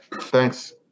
Thanks